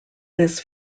this